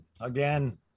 Again